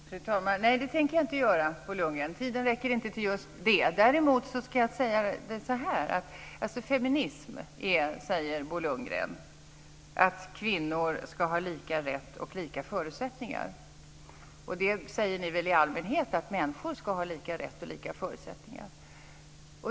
Fru talman! Nej, det tänker jag inte göra, Bo Lundgren. Tiden räcker inte till just det. Feminism är, säger Bo Lundgren, att kvinnor ska ha lika rätt och lika förutsättningar som män. Ni säger väl i allmänhet att människor ska ha lika rätt och lika förutsättningar.